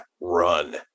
run